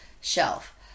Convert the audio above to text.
shelf